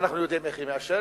ואנחנו יודעים איך היא מאשרת,